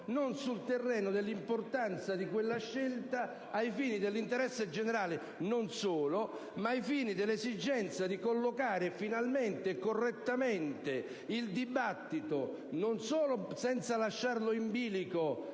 che sull'importanza di una simile scelta ai fini dell'interesse generale ed ai fini dell'esigenza di collocare finalmente e correttamente il dibattito, non solo senza lasciarlo in bilico